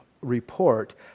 report